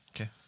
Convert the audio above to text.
Okay